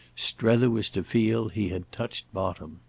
strether was to feel he had touched bottom.